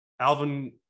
Alvin